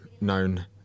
known